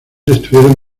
estuvieron